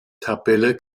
tabelle